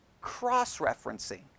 cross-referencing